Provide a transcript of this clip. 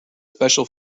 special